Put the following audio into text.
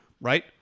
right